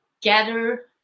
gather